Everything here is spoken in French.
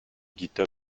github